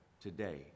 today